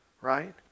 right